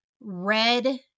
red